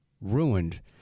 ruined